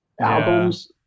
albums